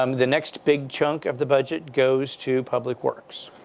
um the next big chunk of the budget goes to public works.